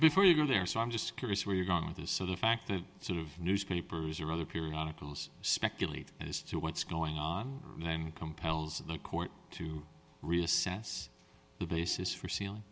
before you got there so i'm just curious where you're going with this so the fact that sort of newspapers or other periodicals speculate as to what's going on then compels the court to reassess the basis for sealing